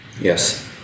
Yes